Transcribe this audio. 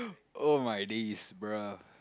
oh my days bro